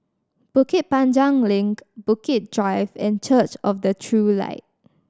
Bukit Panjang Link Bukit Drive and Church of the True Light